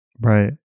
Right